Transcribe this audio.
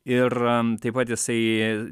ir taip pat jisai